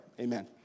Amen